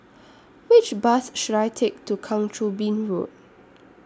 Which Bus should I Take to Kang Choo Bin Road